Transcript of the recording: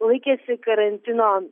laikėsi karantino